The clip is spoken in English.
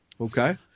Okay